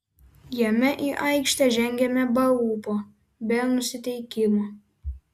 jame į aikštę žengėme be ūpo be nusiteikimo